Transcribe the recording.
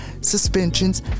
suspensions